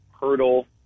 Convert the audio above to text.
Hurdle